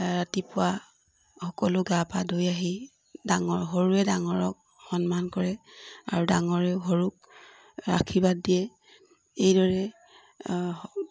ৰাতিপুৱা সকলো গা পা ধুই আহি ডাঙৰ সৰুৱে ডাঙৰক সন্মান কৰে আৰু ডাঙৰেও সৰুক আশীৰ্বাদ দিয়ে এইদৰেই